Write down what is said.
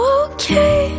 okay